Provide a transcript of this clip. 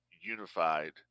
unified